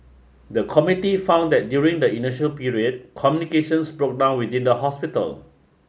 the committee found that during the initial period communications broke down within the hospital